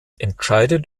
entscheidet